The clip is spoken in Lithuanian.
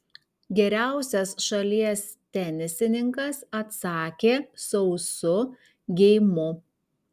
geriausias šalies tenisininkas atsakė sausu geimu